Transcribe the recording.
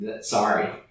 Sorry